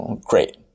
Great